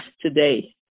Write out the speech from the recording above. today